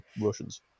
Russians